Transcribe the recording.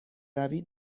روی